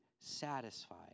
satisfied